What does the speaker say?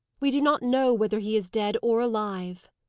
we do not know whether he is dead or alive.